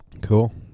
Cool